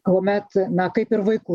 kuomet na kaip ir vaikų